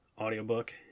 audiobook